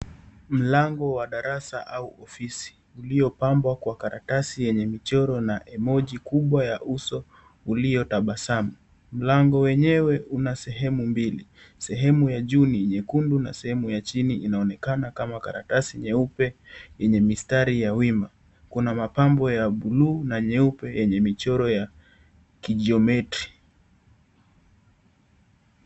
Mlango wa darasa au ofisi uliopambwa kwa karatasi yenye michoro na emoji kubwa ya uso uliotabasamu. Mlango wenyewe una sehemu mbili, sehemu ya juu ni nyekundu na sehemu ya chini inaonekana kama karatasi nyeupe yenye mistari ya wima. Kuna mapambo ya buluu na nyeupe yenye michoro ya kijiometri.